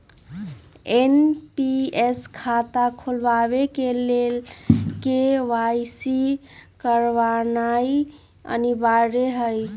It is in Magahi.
एन.पी.एस खता खोलबाबे के लेल के.वाई.सी करनाइ अनिवार्ज हइ